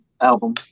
album